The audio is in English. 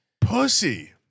Pussy